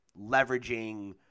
leveraging